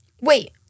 Wait